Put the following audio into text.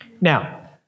Now